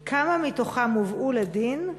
3. כמה מתוכם הובאו לדין?